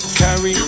carry